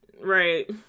Right